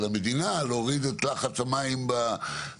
של המדינה, להוריד את לחץ המים ב...